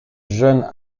jeune